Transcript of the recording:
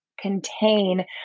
contain